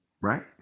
right